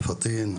פטין,